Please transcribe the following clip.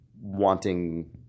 wanting